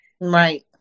Right